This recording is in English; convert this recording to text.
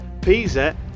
Pisa